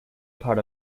part